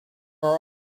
are